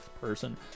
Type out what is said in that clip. person